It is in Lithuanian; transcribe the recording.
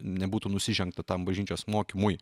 nebūtų nusižengta tam bažnyčios mokymui